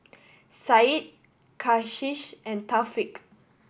Syed Kasih and Thaqif